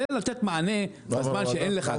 זה לתת מענה בזמן שאין לך.